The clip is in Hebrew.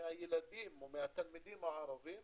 מהילדים או מהתלמידים הערבים